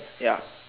ya